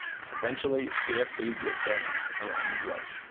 eventually, cfcs were banned around the globe,